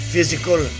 physical